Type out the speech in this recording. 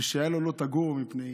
ושהיה לו "לא תגורו מפני איש".